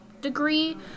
degree